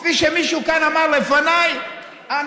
כפי שמישהו כאן לפניי אמר,